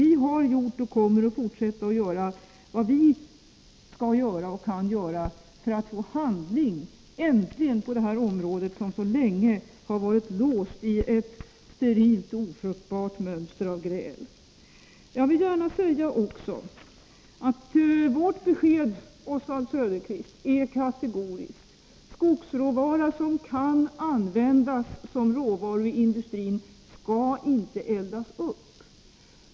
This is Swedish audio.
Vi har gjort och kommer att fortsätta att göra vad vi skall och kan göra för att äntligen få handling på det här området, där det så länge har varit låst på grund av ofruktbara mönster och gräl. Till Oswald Söderqvist vill jag säga att vårt besked är kategoriskt. Skogsråvara som kan användas som råvara i industrin skall inte eldas upp.